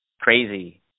Crazy